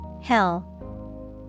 Hell